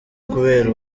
kubera